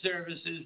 services